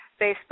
Facebook